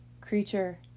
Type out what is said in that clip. creature